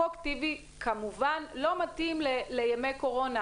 "חוק טיבי" כמובן לא מתאים לימי הקורונה.